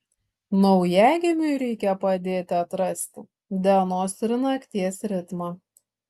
naujagimiui reikia padėti atrasti dienos ir nakties ritmą